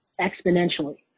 exponentially